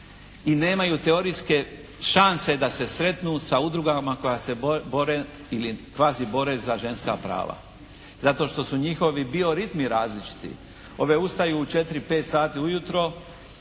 i nemaju teorijske šanse da se sretnu sa udrugama koje se bore ili kvazi bore za ženska prava. Zato što su njihovi bioritmi razčiti. Ove ustaju u 4, 5 sati ujutro.